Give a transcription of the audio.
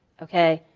okay.